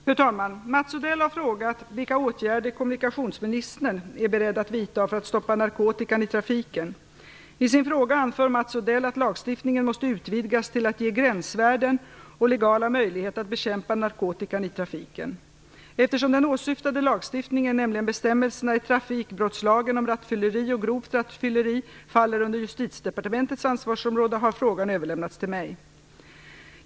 Fru talman! Mats Odell har frågat vilka åtgärder kommunikationsministern är beredd att vidta för att stoppa narkotikan i trafiken. I sin fråga anför Mats Odell att lagstiftningen måste utvidgas till att ge gränsvärden och legala möjligheter att bekämpa narkotikan i trafiken. Eftersom den åsyftade lagstiftningen, nämligen bestämmelserna i trafikbrottslagen om rattfylleri och grovt rattfylleri, faller under Justitiedepartementets ansvarsområde har frågan överlämnats till mig.